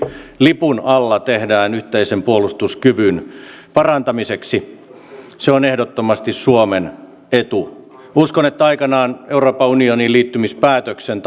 lipun alla tehdään yhteisen puolustuskyvyn parantamiseksi se on ehdottomasti suomen etu uskon että aikanaan euroopan unioniin liittymispäätöksen